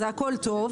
זה הכול טוב.